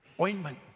ointment